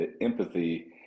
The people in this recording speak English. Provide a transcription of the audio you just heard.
Empathy